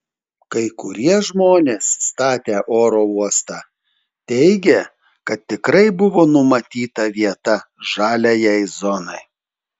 kai kurie žmonės statę oro uostą teigė kad tikrai buvo numatyta vieta žaliajai zonai